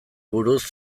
buruz